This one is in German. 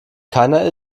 keiner